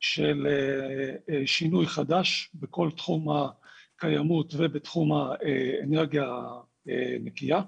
של שינוי חדש בכל תחום הקיימות ובתחום האנרגיה הנקייה.